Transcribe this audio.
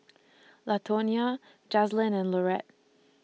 Latonia Jazlynn and Laurette